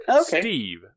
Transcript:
steve